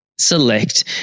select